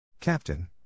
Captain